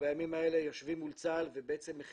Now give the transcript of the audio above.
בימים האלה אנחנו יושבים מול צה"ל ומכינים